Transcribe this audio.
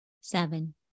Seven